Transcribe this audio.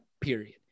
Period